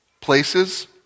places